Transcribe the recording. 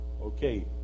Okay